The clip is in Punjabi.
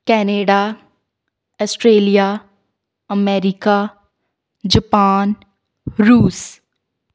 ਕੈਨੇਡਾ ਆਸਟ੍ਰੇਲੀਆ ਅਮੈਰੀਕਾ ਜਪਾਨ ਰੂਸ